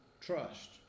trust